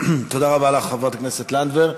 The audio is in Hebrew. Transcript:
תודה רבה לך, חברת הכנסת לנדבר.